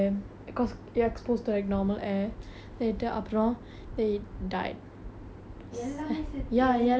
எல்லாமே செத்து இறந்து போயிட்டா:ellaam setthu irunthu poyittaa oh my god so sad நீ எல்லாம் கவலை பட்டியா:ni ellaam kavalai pattiyaa